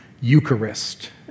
Eucharist